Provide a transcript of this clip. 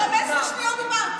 בשביל מה?